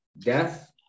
death